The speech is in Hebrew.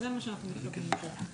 זה מה שאנחנו מתכוונים לו פה,